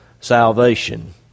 salvation